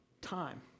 time